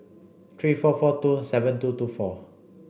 three four four two seven two two four